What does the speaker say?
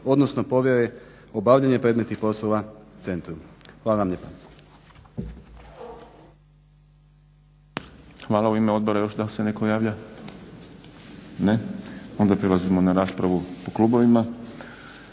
odnosno povjere obavljanje predmetnih poslova centru. Hvala vam lijepa.